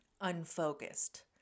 unfocused